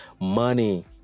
money